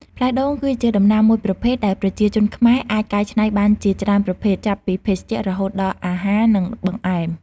ផ្លែដូងគឺជាដំណាំមួយប្រភេទដែលប្រជាជនខ្មែរអាចកែច្នៃបានជាច្រើនប្រភេទ ចាប់ពីភេសជ្ជៈរហូតដល់អាហារ និងបង្អែម។